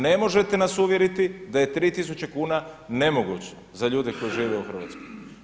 Ne možete nas uvjeriti da je 3 tisuće kuna nemoguće za ljude koji žive u Hrvatskoj.